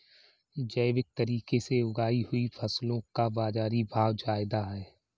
जैविक तरीके से उगाई हुई फसलों का बाज़ारी भाव ज़्यादा है